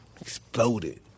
exploded